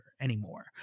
anymore